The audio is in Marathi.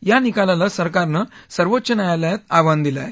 या निकालाला सरकानं सर्वोच्च न्यायालयानं आव्हान दिलं आहे